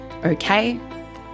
okay